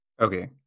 Okay